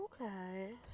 Okay